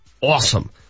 awesome